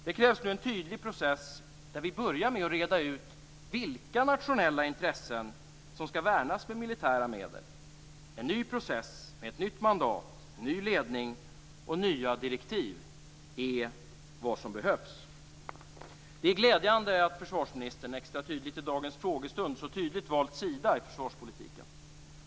Det krävs en tydlig process där vi börjar med att reda ut vilka nationella intressen som skall värnas för militära medel. En ny process med ett nytt mandat, ny ledning och nya direktiv är vad som behövs. Det är glädjande att försvarsministern - extra tydligt i dagens frågestund - så tydligt valt sida i försvarspolitiken.